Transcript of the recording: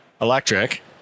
electric